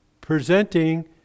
presenting